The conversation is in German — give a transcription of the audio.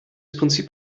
prinzip